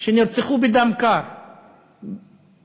שנרצחו בדם קר במכונית,